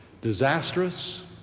Disastrous